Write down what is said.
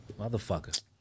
Motherfucker